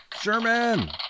Sherman